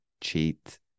cheat